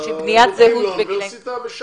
יש בניית זהות בגילים --- הם הולכים